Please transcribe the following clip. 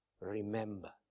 remember